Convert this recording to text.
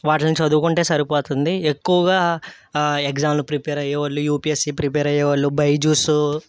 వాటిల్ని చదువుకుంటే సరిపోతుంది ఎక్కువగా ఎగ్జాములో ప్రిపేర్ అయ్యేవాళ్ళు యూపీఎస్సీ ప్రిపేర్ అయ్యేవాళ్ళు బైజూసు